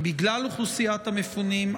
בגלל אוכלוסיית המפונים,